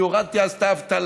אני הורדתי אז את האבטלה,